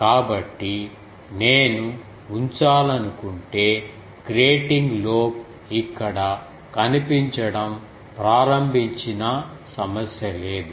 కాబట్టి నేను ఉంచాలనుకుంటే గ్రేటింగ్ లోబ్ ఇక్కడ కనిపించడం ప్రారంభించినా సమస్య లేదు